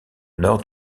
nord